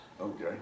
Okay